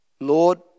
Lord